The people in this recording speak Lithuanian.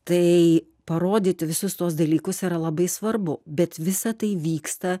tai parodyti visus tuos dalykus yra labai svarbu bet visa tai vyksta